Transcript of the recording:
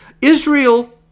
israel